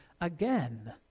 again